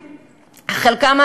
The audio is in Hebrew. חלקם,